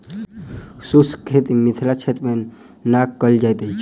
शुष्क खेती मिथिला क्षेत्र मे नै कयल जाइत अछि